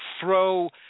throw –